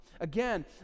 Again